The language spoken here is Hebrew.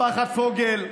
משפחת פוגל,